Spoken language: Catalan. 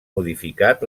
modificat